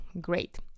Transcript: great